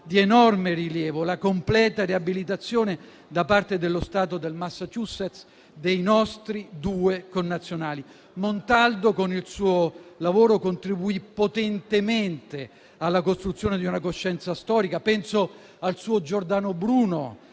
di enorme rilievo: la completa riabilitazione, da parte dello Stato del Massachusetts, dei nostri due connazionali. Montaldo, con il suo lavoro, contribuì potentemente alla costruzione di una coscienza storica. Penso al suo "Giordano Bruno",